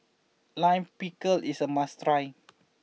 Lime Pickle is a must try